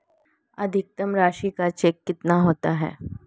अधिकतम राशि का चेक कितना होता है?